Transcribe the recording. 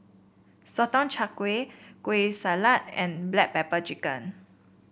Sotong Char Kway Kueh Salat and Black Pepper Chicken